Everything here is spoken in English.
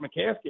McCaskey